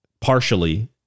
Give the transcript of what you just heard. partially